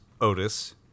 Otis